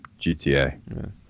GTA